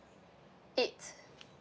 eight